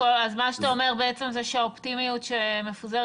מה שאתה אומר זה שהאופטימיות שמפוזרת